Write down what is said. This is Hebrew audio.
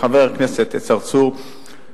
חבר הכנסת צרצור,